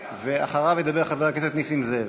ואחריו ידבר חבר הכנסת נסים זאב.